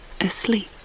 asleep